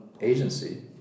agency